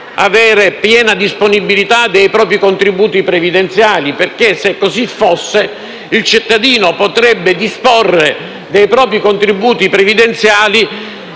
avere piena disponibilità dei propri contributi previdenziali perché, se così fosse, il cittadino potrebbe disporre dei propri contributi previdenziali